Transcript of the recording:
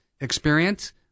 experience